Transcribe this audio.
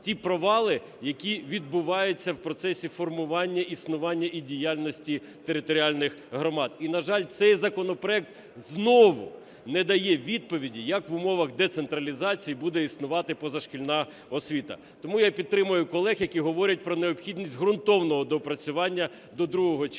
ті провали, які відбуваються в процесі формування, існування і діяльності територіальних громад. І, на жаль, цей законопроект знову не дає відповіді, як в умовах децентралізації буде існувати позашкільна освіта. Тому я підтримую колег, які говорять про необхідність ґрунтовного доопрацювання до другого читання